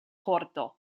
korto